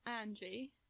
Angie